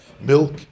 milk